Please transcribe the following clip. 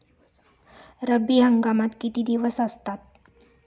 रब्बी हंगामात किती दिवस असतात?